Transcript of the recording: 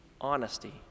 honesty